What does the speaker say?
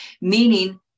Meaning